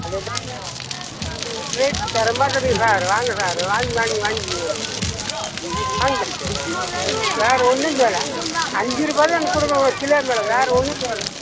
அது தான்ங்க இது ரேட் தரமாக தெரியும் சார் வாங்க சார் வாங்க வாங்க வாங்கிக்கிங்க நீங்கள் வாங்க வாங்கிக்க வேறு ஒன்றும் தேவயில்ல அஞ்சு ரூபாய் தான் எனக்கு கொடுக்க போகிற கிலோ மேலே வேறு ஒன்றும் தேவயில்ல